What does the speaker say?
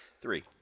Three